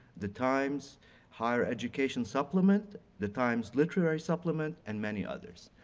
the times higher education supplement, the times literary supplement, and many others.